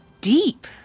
deep